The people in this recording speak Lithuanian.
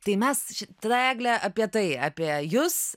tai mes čia tada egle apie tai apie jus